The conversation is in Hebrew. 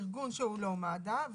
ארגון שהוא לא מד"א,